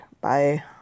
Bye